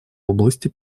области